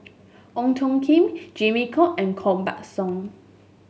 Ong Tjoe Kim Jimmy Chok and Koh Buck Song